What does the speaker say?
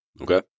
Okay